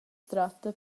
tratta